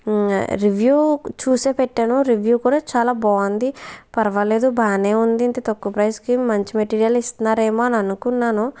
review చూసే పెట్టాను review కూడా చాలా బాగుంది పర్వాలేదు బాగానే ఉంది ఇంత తక్కువ ప్రైస్ కి మంచి మెటీరియల్ ఇస్తున్నారేమో అని అనుకున్నాను